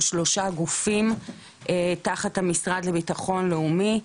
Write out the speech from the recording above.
שלושה גופים תחת המשרד לביטחון לאומי,